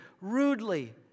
rudely